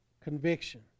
conviction